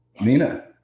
Nina